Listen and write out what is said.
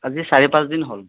আজি চাৰি পাঁচদিন হ'ল